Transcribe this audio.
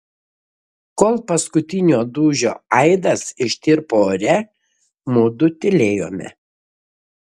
kol paskutinio dūžio aidas ištirpo ore mudu tylėjome